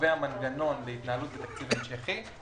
שקובע מנגנון להתנהלות בתקציב המשכי.